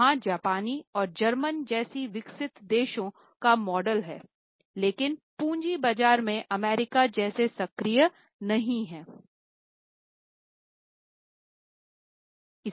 वहाँ जापानी और जर्मन जैसे विकसित देशों का मॉडल हैं लेकिन पूँजी बाजार में अमेरिका जैसे सक्रिय नहीं हैं